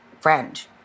friend